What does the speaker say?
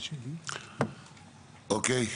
אוקיי.